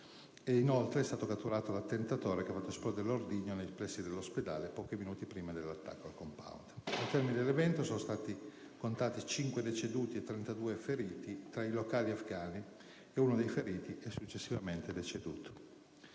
inoltre catturato l'attentatore che ha fatto esplodere l'ordigno nei pressi dell'ospedale, pochi minuti prima dell'attacco al *compound*. Al termine dell'evento sono stati contati 5 deceduti e 32 feriti tra i locali afgani, e uno dei feriti è successivamente deceduto.